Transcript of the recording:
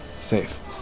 Safe